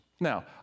Now